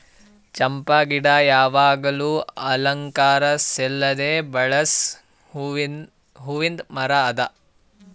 ಚಂಪಾ ಗಿಡಗೊಳ್ ಯಾವಾಗ್ಲೂ ಅಲಂಕಾರ ಸಲೆಂದ್ ಬೆಳಸ್ ಹೂವಿಂದ್ ಮರ ಅದಾ